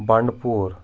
بنڈ پوٗر